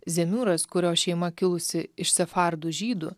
zemiūras kurio šeima kilusi iš sefardų žydų